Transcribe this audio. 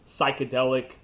psychedelic